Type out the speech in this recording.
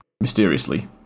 mysteriously